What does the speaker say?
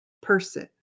person